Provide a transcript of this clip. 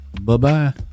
Bye-bye